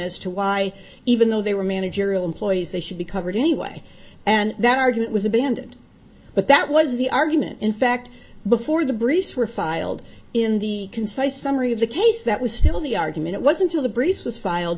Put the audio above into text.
as to why even though they were managerial employees they should be covered anyway and that argument was abandoned but that was the argument in fact before the briefs were filed in the concise summary of the case that was still the argument it wasn't till the breeze was filed